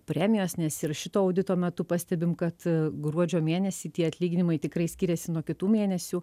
premijos nes ir šito audito metu pastebim kad gruodžio mėnesį tie atlyginimai tikrai skiriasi nuo kitų mėnesių